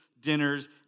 dinners